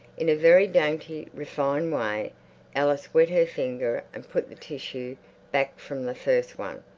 in a very dainty, refined way alice wet her finger and put the tissue back from the first one.